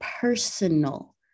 personal